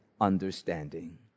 understanding